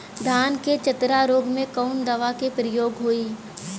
धान के चतरा रोग में कवन दवा के प्रयोग होई?